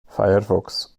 firefox